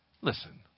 listen